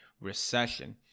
recession